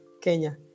Kenya